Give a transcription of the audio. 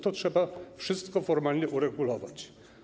To trzeba wszystko formalnie uregulować.